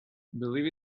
believe